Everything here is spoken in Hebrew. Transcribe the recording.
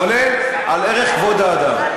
כולל ערך כבוד האדם.